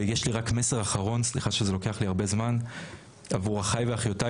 ויש לי רק מסר אחרון עבור אחיי ואחיותיי